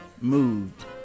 moved